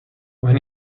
when